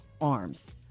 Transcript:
arms